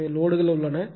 எனவே லோடுகள் உள்ளன